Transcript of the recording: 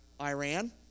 Iran